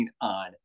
on